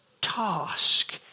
task